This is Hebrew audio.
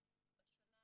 והשתלבות.